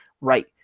right